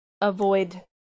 avoid